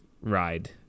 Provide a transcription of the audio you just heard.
ride